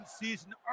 season